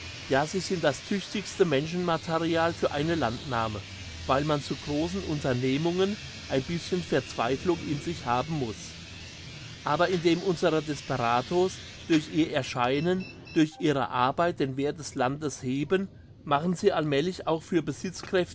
ja sie sind das tüchtigste menschenmaterial für eine landnahme weil man zu grossen unternehmungen ein bischen verzweiflung in sich haben muss aber indem unsere desperados durch ihr erscheinen durch ihre arbeit den werth des landes heben machen sie allmälig auch für